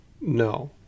No